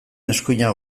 eskuinak